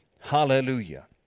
Hallelujah